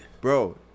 bro